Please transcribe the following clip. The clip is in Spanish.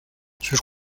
sus